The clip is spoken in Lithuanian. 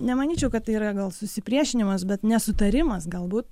nemanyčiau kad tai yra gal susipriešinimas bet nesutarimas galbūt